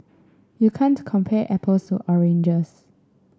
you can't compare apples or oranges